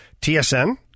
TSN